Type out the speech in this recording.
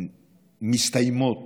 הבלתי-מסתיימות